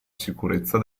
sicurezza